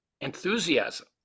enthusiasm